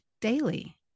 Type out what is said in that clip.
daily